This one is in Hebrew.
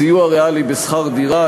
סיוע ריאלי בשכר דירה),